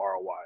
ROI